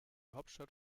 hauptstadt